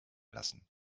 lassen